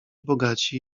bogaci